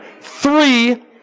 three